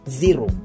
zero